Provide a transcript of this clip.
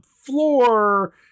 floor